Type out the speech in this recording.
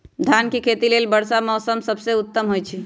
धान के खेती लेल वर्षा मौसम सबसे उत्तम होई छै